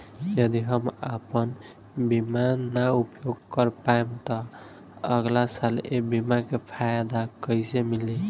यदि हम आपन बीमा ना उपयोग कर पाएम त अगलासाल ए बीमा के फाइदा कइसे मिली?